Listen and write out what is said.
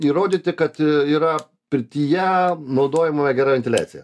įrodyti kad yra pirtyje naudojama gera ventiliacija